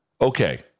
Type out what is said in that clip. Okay